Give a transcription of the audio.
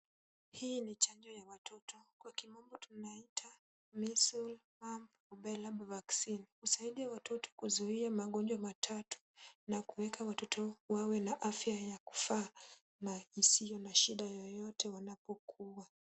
Hii ni chanjo ya watoto, kwa kimombo tunaiita, measles, mumps, rubella vaccine . Husaidia watoto kuzuia magonjwa matatu na kuweka watoto wawe na afya ya kufaa na isiyo na shida yoyote wanapokua.